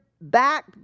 back